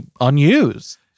unused